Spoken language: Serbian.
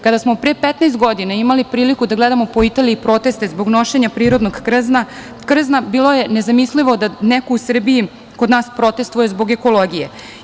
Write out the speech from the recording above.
Kada smo pre 15 godina imali priliku da gledamo po Italiji proteste zbog nošenja prirodnog krzna, bilo je nezamislivo da neko u Srbiji kod nas protestuje zbog ekologije.